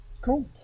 cool